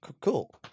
Cool